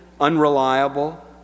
unreliable